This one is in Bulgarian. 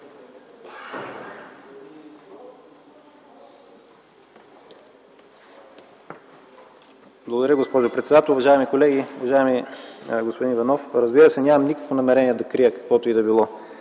Благодаря, госпожо председател. Уважаеми колеги! Уважаеми господин Иванов, разбира се, нямам никакво намерение да крия каквото и да било,